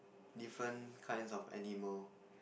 different kinds of animal